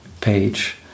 page